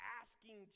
asking